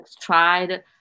tried